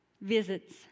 visits